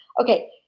Okay